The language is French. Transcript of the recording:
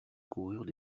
coururent